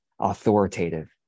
authoritative